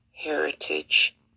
heritage